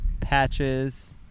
patches